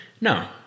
no